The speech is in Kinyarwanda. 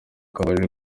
akaba